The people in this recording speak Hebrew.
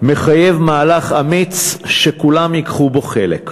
מחייב מהלך אמיץ שכולם ייקחו בו חלק.